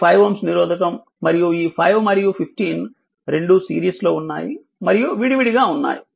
ఇది 5Ω నిరోధకం మరియు ఈ 5 మరియు 15 రెండు సిరీస్లో ఉన్నాయి మరియు విడి విడి గా ఉన్నాయి